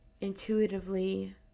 intuitively